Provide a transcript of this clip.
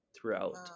throughout